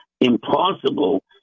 impossible